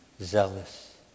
zealous